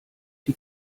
die